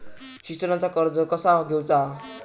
शिक्षणाचा कर्ज कसा घेऊचा हा?